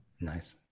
nice